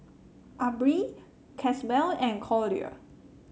Aubree Caswell and Collier